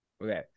Okay